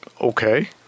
Okay